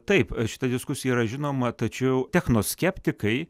taip šita diskusija yra žinoma tačiau technoskeptikai